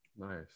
nice